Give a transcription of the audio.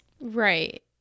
Right